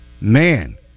Man